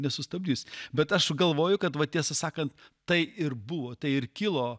nesustabdys bet aš galvoju kad va tiesą sakant tai ir buvo tai ir kilo